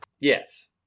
yes